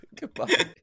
goodbye